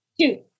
Two